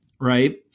right